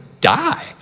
die